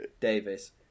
Davis